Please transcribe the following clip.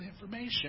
information